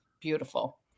beautiful